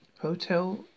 Hotel